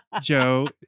Joe